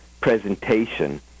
presentation